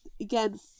Again